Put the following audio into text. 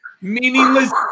Meaningless